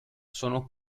sono